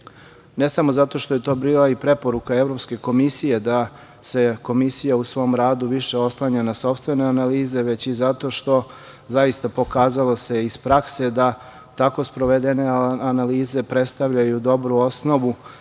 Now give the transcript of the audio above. Ne samo zato što je to bila preporuka Evropske komisije da se komisija u svom radu više oslanja na sopstvene analize, već i zato što se zaista pokazalo iz prakse da tako sprovedene analize predstavljaju dobru osnovu